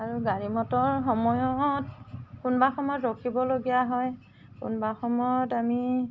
আৰু গাড়ী মটৰ সময়ত কোনোবা সময়ত ৰখিবলগীয়া হয় কোনোবা সময়ত আমি